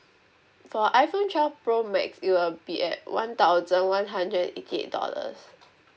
for iPhone twelve pro max it will be at one thousand one hundred and eighty eight dollars